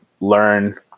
learn